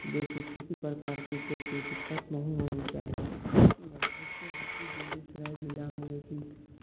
जोकि किसी प्रकार के कोई नहीं होनी चाहिए ऐसे है कि बेगूसराय ज़िला में